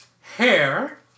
Hair